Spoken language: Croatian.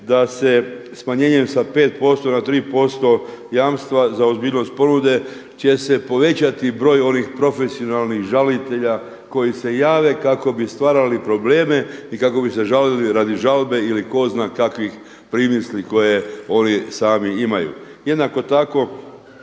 da se smanjenjem sa 5% na 3% jamstva za ozbiljnost ponude će se povećati broj onih profesionalnih žalitelja koji se jave kako bi stvarali probleme i kako bi se žalili radi žalbe ili ko zna kakvih primisli koje oni sami imaju. Jednako tako